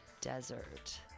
desert